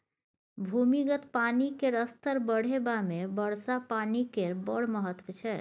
भूमिगत पानि केर स्तर बढ़ेबामे वर्षा पानि केर बड़ महत्त्व छै